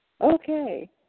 Okay